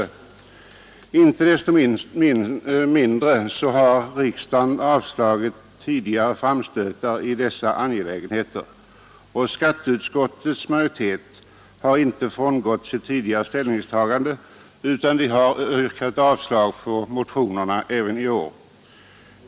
Men inte desto mindre har riksdagen avslagit tidigare framstötar i dessa angelägenheter, och skatteutskottets majoritet har inte frångått sitt tidigare ställningstagande utan yrkat avslag på motionerna även i år.